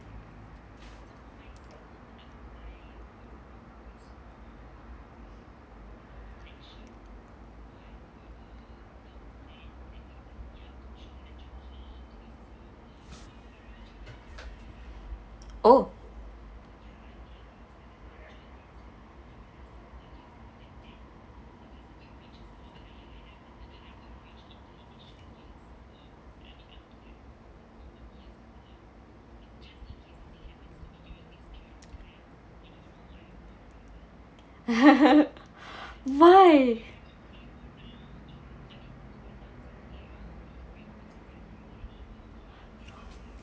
oh why